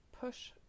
push